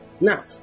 Now